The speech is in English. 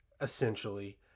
essentially